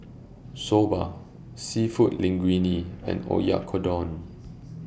Soba Seafood Linguine and Oyakodon